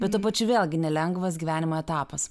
bet tuo pačiu vėlgi nelengvas gyvenimo etapas